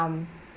um